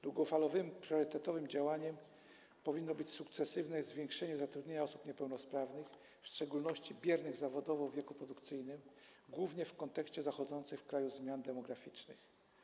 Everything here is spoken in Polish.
Długofalowym priorytetowym działaniem powinno być sukcesywne zwiększanie zatrudnienia osób niepełnosprawnych, w szczególności biernych zawodowo w wieku produkcyjnym, głównie w kontekście zachodzących w kraju zmian demograficznych.